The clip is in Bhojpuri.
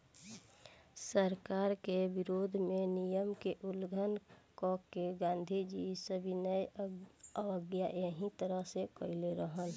सरकार के विरोध में नियम के उल्लंघन क के गांधीजी सविनय अवज्ञा एही तरह से कईले रहलन